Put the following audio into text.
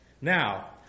Now